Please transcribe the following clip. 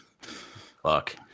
Fuck